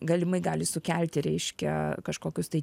galimai gali sukelti reiškia kažkokius tai